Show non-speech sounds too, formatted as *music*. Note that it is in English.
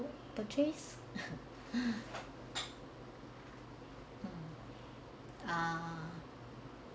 purchase *laughs* hmm ah